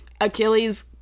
Achilles